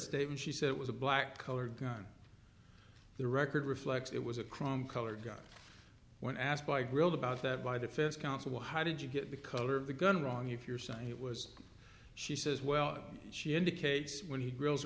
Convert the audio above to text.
statement she said it was a black colored gun the record reflects it was a crime colored got when asked by grilled about that by defense counsel how did you get the color of the gun wrong if you're saying it was she says well she indicates when he grills